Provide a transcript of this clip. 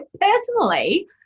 personally